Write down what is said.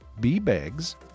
bbags